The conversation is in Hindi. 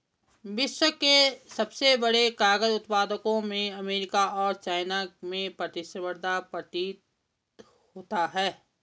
विश्व के सबसे बड़े कागज उत्पादकों में अमेरिका और चाइना में प्रतिस्पर्धा प्रतीत होता है